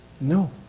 No